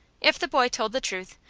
if the boy told the truth,